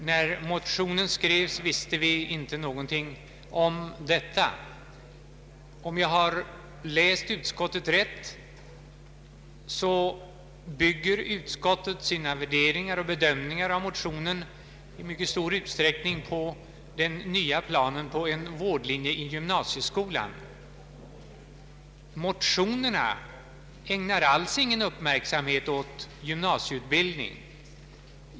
När motionen skrevs visste vi inte någonting om detta. Om jag har läst utskottsutlåtandet rätt bygger utskottet sina värderingar och bedömningar av motionen i mycket stor utsträckning på den nya planen på en vårdlinje i gymnasieskolan. Motionerna ägnar alls ingen uppmärksamhet åt gymnasieutbildningen.